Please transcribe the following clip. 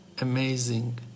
amazing